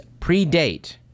predate